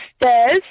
stairs